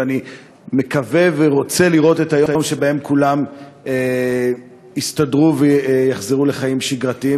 ואני מקווה ורוצה לראות את היום שבו כולם יסתדרו ויחזרו לחיים שגרתיים,